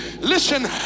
Listen